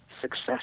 success